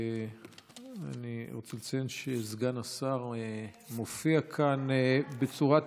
אני רוצה לציין שסגן השר מופיע כאן בצורה תדירה.